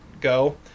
go